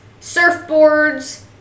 surfboards